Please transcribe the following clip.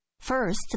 First